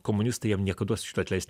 komunistai jam niekados šito atleist